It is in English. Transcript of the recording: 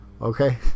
Okay